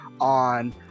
on